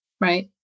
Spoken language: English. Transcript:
right